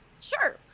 sure